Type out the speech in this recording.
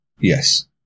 Yes